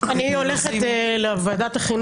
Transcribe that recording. אני רוצה לחדד.